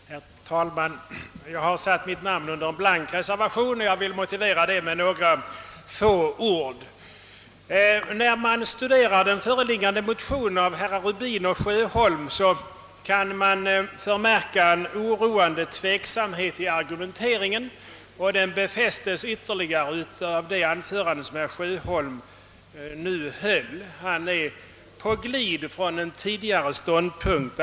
Herr talman! Jag har satt mitt namn under en blank reservation efter utskottsutlåtandet i detta ärende och vill motivera åtgärden med några få ord. När man studerar den föreliggande motionen av herrar Rubin och Sjöholm, kan man förmärka oroande tveksamhet i argumenteringen, och det intrycket befästes ytterligare av det anförande herr Sjöholm nu höll. Han är alldeles uppenbart på glid från en tidigare ståndpunkt.